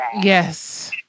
Yes